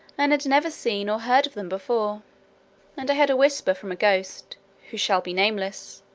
and had never seen or heard of them before and i had a whisper from a ghost who shall be nameless,